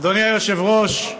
אדוני היושב-ראש,